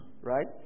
right